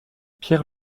pierre